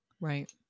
Right